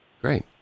Great